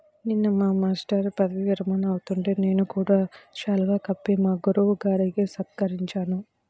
నిన్న మా మేష్టారు పదవీ విరమణ అవుతుంటే నేను కూడా శాలువా కప్పి మా గురువు గారిని సత్కరించాను